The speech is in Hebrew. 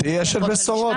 כפי שאמר יושב-ראש הלשכה,